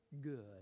good